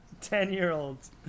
Ten-year-olds